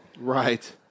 Right